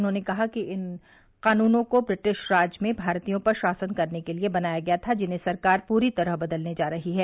उन्होंने कहा कि इन कानूनों को ब्रिटिश राज में भारतीयों पर शासन करने के लिए बनाया गया था जिन्हें सरकार पूरी तरह बदलने जा रही है